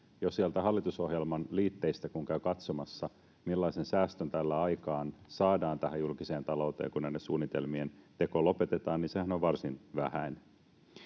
Jo sieltä hallitusohjelman liitteistä kun käy katsomassa, että millaisen säästön tällä aikaan saadaan tähän julkiseen talouteen, kun näiden suunnitelmien teko lopetetaan, niin sehän on varsin vähäinen.